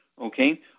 Okay